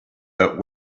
but